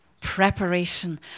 preparation